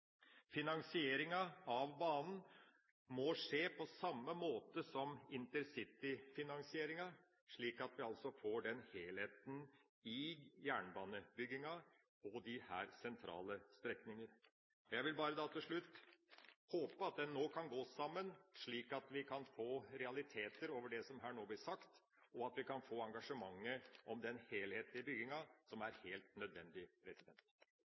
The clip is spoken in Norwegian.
Finansieringa av banen må skje på samme måten som intercityfinansieringa, slik at vi får helheten i jernbaneutbygginga på disse sentrale strekningene. Til slutt: Jeg håper at vi nå kan gå sammen, slik at det som her nå blir sagt, kan bli realiteter, og at vi kan få engasjement for den helhetlige bygginga, noe som er helt nødvendig.